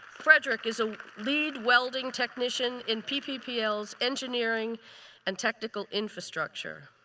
frederick is a lead welding technician in pppl's engineering and technical infrastructure.